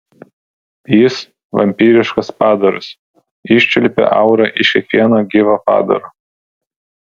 jis vampyriškas padaras iščiulpia aurą iš kiekvieno gyvo padaro